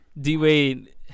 D-Wade